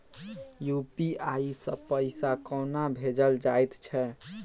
UPI सँ पैसा कोना भेजल जाइत छै?